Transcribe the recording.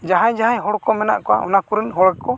ᱡᱟᱦᱟᱸᱭ ᱡᱟᱦᱟᱸᱭ ᱦᱚᱲᱠᱚ ᱢᱮᱱᱟᱜ ᱠᱚᱣᱟ ᱚᱱᱟ ᱠᱚᱨᱮᱱ ᱦᱚᱲᱠᱚ